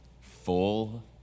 full